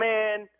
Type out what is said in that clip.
Man